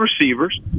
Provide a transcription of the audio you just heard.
receivers